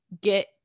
get